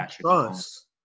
trust